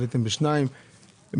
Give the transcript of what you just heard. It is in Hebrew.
עליתם בשניים,